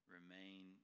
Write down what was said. Remain